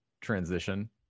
transition